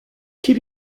keep